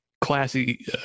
classy